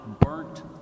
Burnt